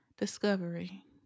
discovery